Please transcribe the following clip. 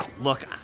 Look